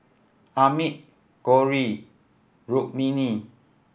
Amit Gauri Rukmini